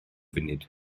funud